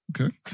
Okay